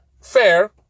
fair